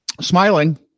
Smiling